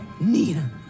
Nina